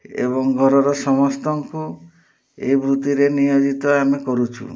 ଏବଂ ଘରର ସମସ୍ତଙ୍କୁ ଏ ବୃତ୍ତିରେ ନିୟୋଜିତ ଆମେ କରୁଛୁ